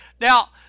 now